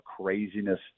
craziness